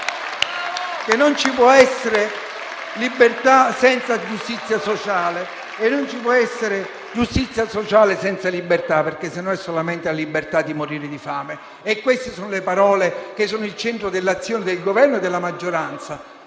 Non ci può essere libertà senza giustizia sociale e non ci può essere giustizia sociale senza libertà, perché - altrimenti - è solamente la libertà di morire di fame. Queste sono le parole che sono al centro dell'azione del Governo e della maggioranza: